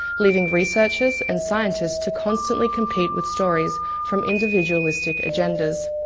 leaving researchers and scientists to constantly compete with stories from individualistic agendas.